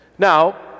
Now